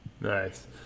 Nice